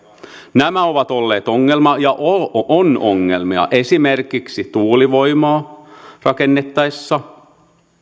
nämä ovat olleet ongelma ja ovat ongelmia esimerkiksi tuulivoimaa rakennettaessa